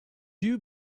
you